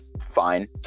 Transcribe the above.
fine